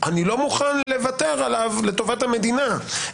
אני לא מוכן לוותר עליו לטובת המדינה.